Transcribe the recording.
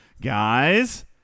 Guys